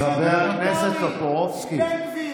עם בן גביר, עם מי,